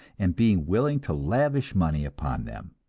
and being willing to lavish money upon them.